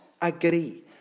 agree